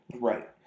Right